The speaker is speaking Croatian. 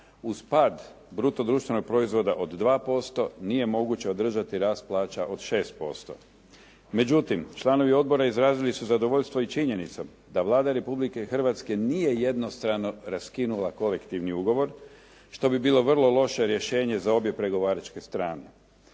uz pad bruto društvenog proizvoda od 2%, nije moguće održati rast plaća od 6%. Međutim, članovi odbora izrazili su zadovoljstvo i činjenicom da Vlada Republike Hrvatske nije jednostrano raskinula kolektivni ugovor, što bi bilo vrlo loše rješenje za obje pregovaračke strane.